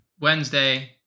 Wednesday